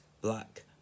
black